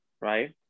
right